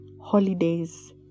Holidays